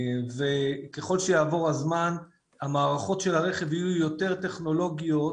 וככל שיעבור הזמן המערכות של הרכב יהיו יותר טכנולוגיות